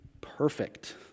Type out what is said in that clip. perfect